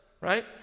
right